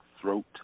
throat